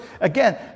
again